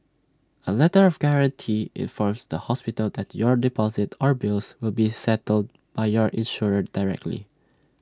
A letter of guarantee informs the hospital that your deposit or bills will be settled by your insurer directly